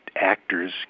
actors